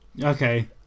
Okay